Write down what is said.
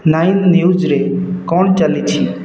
nine ନ୍ୟୁଜ୍ରେ କ'ଣ ଚାଲିଛି